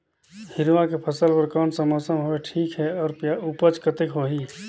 हिरवा के फसल बर कोन सा मौसम हवे ठीक हे अउर ऊपज कतेक होही?